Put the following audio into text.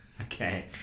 Okay